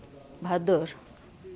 ᱵᱷᱟᱫᱚᱨ